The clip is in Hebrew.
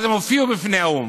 אז הם הופיעו בפני האו"ם.